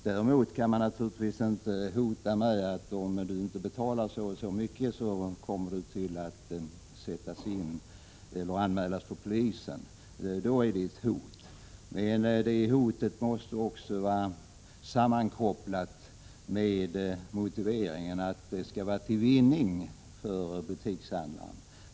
Däremot kan man naturligtvis inte hota en person med att om vederbörande inte betalar så och så mycket kommer han eller hon att ”sättas in” eller anmälas för polisen. Då är det fråga om ett hot. Men det hotet måste vara sammankopplat med motiveringen att det skall vara till vinning för butiksägaren.